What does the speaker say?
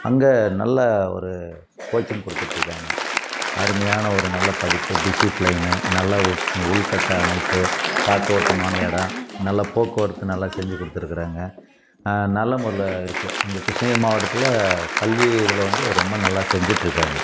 அங்கே நல்ல ஒரு கோச்சிங் கொடுத்துட்ருக்காங்க அருமையான ஒரு நல்ல படிப்பு டிசிப்ளைனு நல்ல உட் உள்கட்ட அமைப்பு காற்றோட்டமான இடம் நல்ல போக்குவரத்து நல்லா செஞ்சு கொடுத்துருக்குறாங்க நல்ல முறையில இருக்குது இங்கே கிருஷ்ணகிரி மாவட்டத்தில் கல்வி இதில் வந்து ரொம்ப நல்லா செஞ்சிட்ருக்காங்கள்